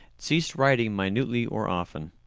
ceased writing minutely or often.